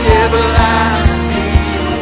everlasting